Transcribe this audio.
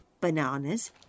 Bananas